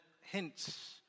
hints